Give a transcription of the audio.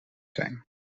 zijn